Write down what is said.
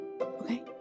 okay